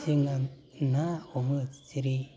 जों ना ना हमो जेरै